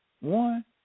one